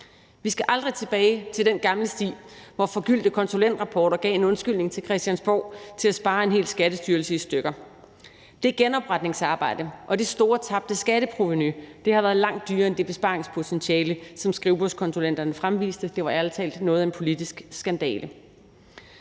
Vi skal aldrig tilbage til den gamle sti, hvor forgyldte konsulentrapporter gav en undskyldning til Christiansborg til at spare en hel skattestyrelse i stykker. Det genopretningsarbejde og det store tabte skatteprovenu har været langt dyrere end det besparelsespotentiale, som skrivebordskonsulenterne fremviste. Det var ærlig talt noget af en politisk skandale.